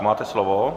Máte slovo.